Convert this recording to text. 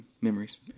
memories